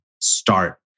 start